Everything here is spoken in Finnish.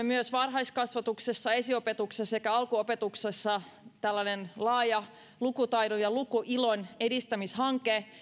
myös käynnistämme varhaiskasvatuksessa esiopetuksessa sekä alkuopetuksessa tällaisen laajan lukutaidon ja lukuilon edistämishankkeen